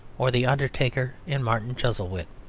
or the undertaker in martin chuzzlewit.